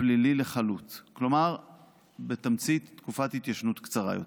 הפלילי חלוט, כלומר תקופת ההתיישנות קצרה יותר.